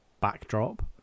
backdrop